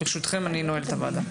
ברשותכם, אני נועל את הוועדה.